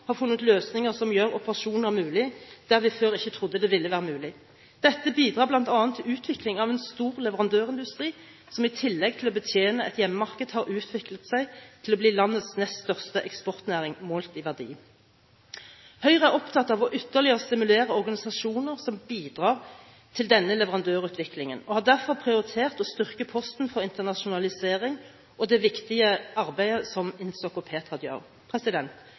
har funnet løsninger som gjør operasjoner mulig – der vi før ikke trodde det ville være mulig. Dette bidrar bl.a. til utvikling av en stor leverandørindustri, som i tillegg til å betjene et hjemmemarked har utviklet seg til å bli landets nest største eksportnæring målt i verdi. Høyre er opptatt av ytterligere å stimulere organisasjoner som bidrar til denne leverandørutviklingen, og har derfor prioritert å styrke posten for internasjonalisering og det viktige arbeidet som